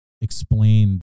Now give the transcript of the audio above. explain